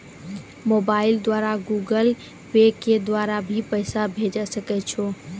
Mobile द्वारा Google Pay के द्वारा भी पैसा भेजै सकै छौ?